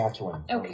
okay